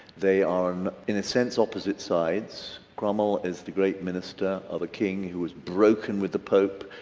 they are in a sense opposite sides. cromwell is the great minister of a king who was broken with the pope,